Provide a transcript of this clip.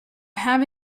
have